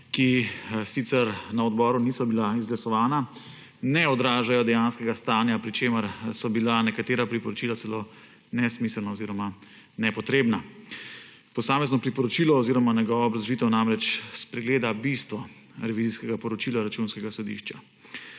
ki sicer na odboru niso bila izglasovana, ne odražajo dejanskega stanja, pri čemer so bila nekatera priporočila celo nesmiselna oziroma nepotrebna. Posamezno priporočilo oziroma njegova obrazložitev namreč spregleda bistvo revizijskega poročila Računskega sodišča.